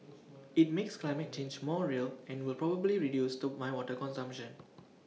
IT makes climate change more real and will probably reduce to my water consumption